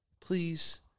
Please